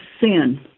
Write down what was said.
sin